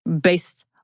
based